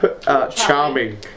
charming